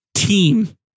team